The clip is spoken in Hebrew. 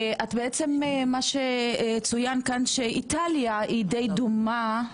את בעצם מה שצוין כאן שאיטליה היא די דומה,